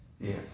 Yes